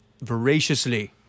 voraciously